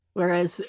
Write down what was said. whereas